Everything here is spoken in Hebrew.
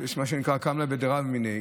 יש מה שנקרא "קם ליה בדרבה מיניה".